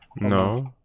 No